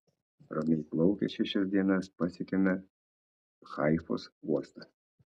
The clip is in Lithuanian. ramiai plaukę šešias dienas pasiekėme haifos uostą